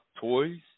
toys